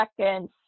seconds